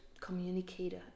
communicator